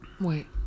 Wait